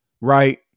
right